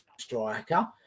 striker